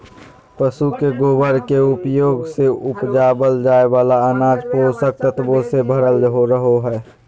पशु के गोबर के उपयोग से उपजावल जाय वाला अनाज पोषक तत्वों से भरल रहो हय